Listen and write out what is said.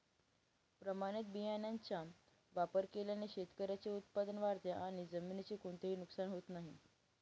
प्रमाणित बियाण्यांचा वापर केल्याने शेतकऱ्याचे उत्पादन वाढते आणि जमिनीचे कोणतेही नुकसान होत नाही